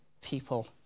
people